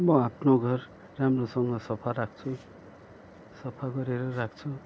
म आफ्नो घर राम्रोसँग सफा राख्छु सफा गरेर राख्छु